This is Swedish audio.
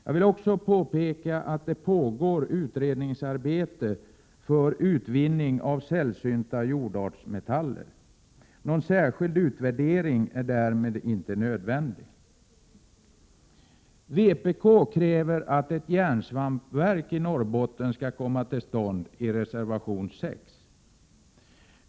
Jag vill också påpeka att det pågår ett utredningsarbete när det gäller utvinning av sällsynta jordartsmetaller. Någon särskild utvärdering är därför inte nödvändig. I reservation 6 kräver vpk att ett järnsvampverk skall komma till stånd i Norrbotten.